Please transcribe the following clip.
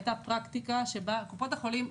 היתה פרקטיקה שבה קופות החולים,